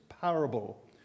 parable